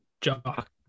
Jock